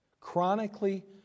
Chronically